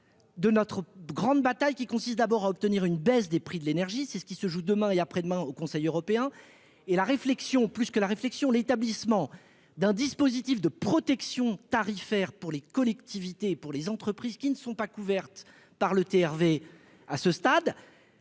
de notre grande bataille qui consiste d'abord à obtenir une baisse des prix de l'énergie, c'est ce qui se joue demain et après-demain au Conseil européen et la réflexion plus que la réflexion l'établissement d'un dispositif de protection tarifaire pour les collectivités pour les entreprises qui ne sont pas couvertes par le TRV à ce stade,